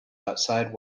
outside